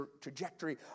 trajectory